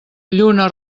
lluna